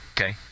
Okay